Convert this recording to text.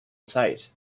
sight